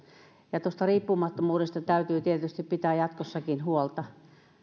ja tuosta riippumattomuudesta täytyy tietysti pitää jatkossakin huolta